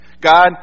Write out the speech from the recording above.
God